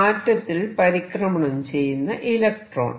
ആറ്റത്തിൽ പരിക്രമണം ചെയ്യുന്ന ഇലക്ട്രോൺ